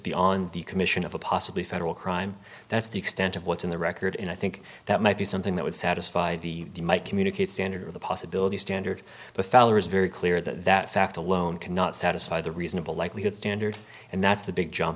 beyond the commission of a possibly federal crime that's the extent of what's in the record and i think that might be something that would satisfy the communicate standard of the possibility standard but fowler is very clear that that fact alone cannot satisfy the reasonable likelihood standard and that's the big jump